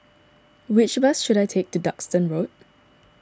which bus should I take to Duxton Road